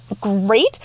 great